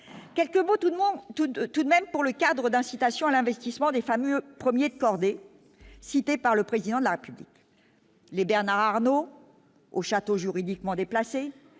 de tout, de tout de même pour le cadre d'incitation à l'investissement des familles 1er de cordée, cité par le président de la République, les Bernard Arnault au château juridiquement déplacé